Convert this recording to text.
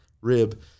rib